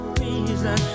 reason